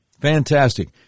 Fantastic